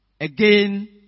Again